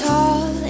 Tall